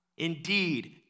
Indeed